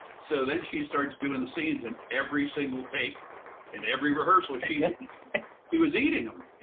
so then she starts doing the scenes and every single take in every rehearsal she yeah she was eating them.